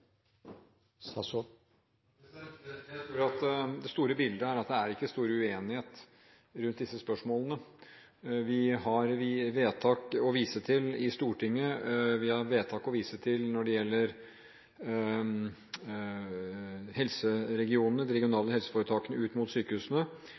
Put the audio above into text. at det ikke er stor uenighet rundt disse spørsmålene. Vi har vedtak å vise til i Stortinget. Vi har vedtak å vise til når det gjelder helseregionene og de